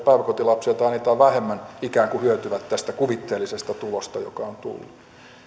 päiväkotilapsia tai niitä on vähemmän ikään kuin hyötyvät tästä kuvitteellisesta tulosta joka on tullut